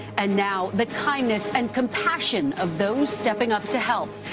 and now, the kindness and compassion of those stepping up to help.